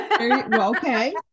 Okay